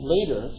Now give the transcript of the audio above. Later